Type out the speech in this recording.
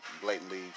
blatantly